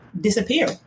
disappear